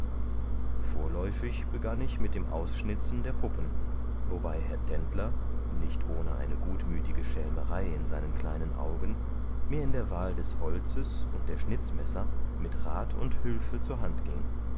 vorläufig begann ich mit dem ausschnitzen der puppen wobei herr tendler nicht ohne eine gutmütige schelmerei in seinen kleinen augen mir in der wahl des holzes und der schnitzmesser mit rat und hülfe zur hand ging